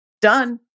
done